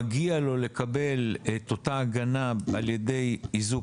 מגיע לו לקבל את אותה הגנה על ידי איזוק